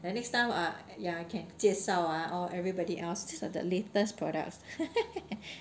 then next time ah ya can 介绍 ah orh everybody else these are the latest products